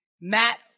Matt